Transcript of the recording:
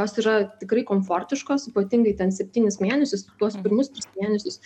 jos yra tikrai komfortiškos ypatingai ten septynis mėnesius tuos pirmus tris mėnesius